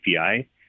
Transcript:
API